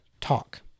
talk